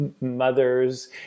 mothers